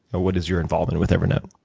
or what is your involvement with evernote.